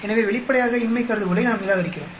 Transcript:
எனவே வெளிப்படையாக இன்மை கருதுகோளை நாம் நிராகரிக்கிறோம்